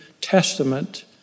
testament